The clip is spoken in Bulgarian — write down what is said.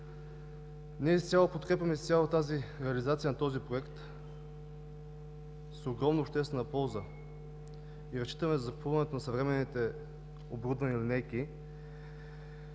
Ние изцяло подкрепяме реализацията на този Проект с огромна обществена полза и разчитаме закупуването на съвременните оборудвани линейки.